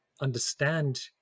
understand